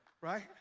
Right